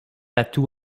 atout